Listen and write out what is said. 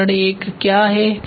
तो चरण 1 क्या है